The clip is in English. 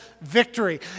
victory